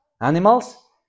Animals